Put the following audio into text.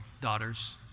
daughters